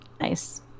Nice